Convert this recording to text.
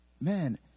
Man